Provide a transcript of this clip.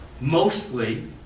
mostly